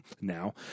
Now